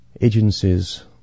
agencies